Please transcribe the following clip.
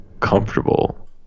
Comfortable